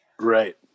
right